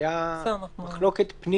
יהיו סיטואציות שנסגור מקומות שמנויים